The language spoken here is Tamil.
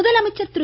முதலமைச்சர் திரு